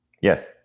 Yes